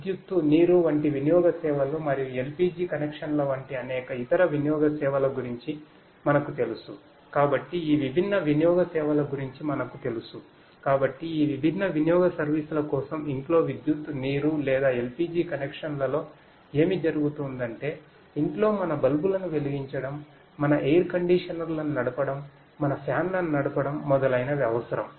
విద్యుత్తు నీరు వంటి వినియోగ సేవలు మరియు LPG కనెక్షన్ల లొ ఏమి జరుగుతుందంటే ఇంట్లో మన బల్బులను వెలిగించడం మన ఎయిర్ కండీషనర్లను నడపడం మన ఫ్యాన్లను నడపడం మొదలైనవి అవసరం